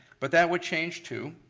but that would change too.